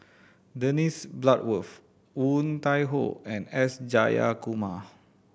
Dennis Bloodworth Woon Tai Ho and S Jayakumar